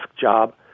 job